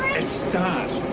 it's dad.